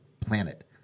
planet